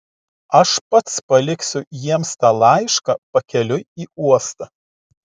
aš pats paliksiu jiems tą laišką pakeliui į uostą